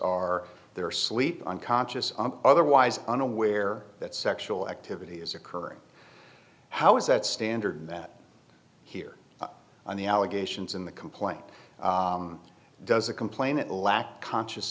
are their sleep unconscious otherwise unaware that sexual activity is occurring how is that standard that here on the allegations in the complaint does a complainant lack conscious